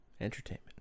Entertainment